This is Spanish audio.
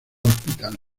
hospital